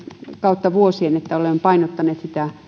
kautta vuosien olemme painottaneet